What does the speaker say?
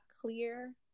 clear